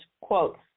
quote